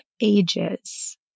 ages